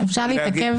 שהוזכר.